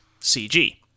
CG